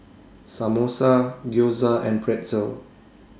Samosa Gyoza and Pretzel